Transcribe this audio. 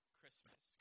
Christmas